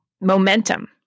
momentum